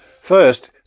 First